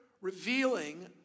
revealing